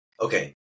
okay